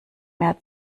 mehr